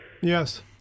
Yes